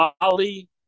Ali